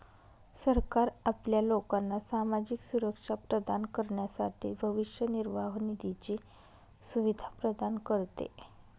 सरकार आपल्या लोकांना सामाजिक सुरक्षा प्रदान करण्यासाठी भविष्य निर्वाह निधीची सुविधा प्रदान करते